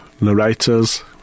Narrators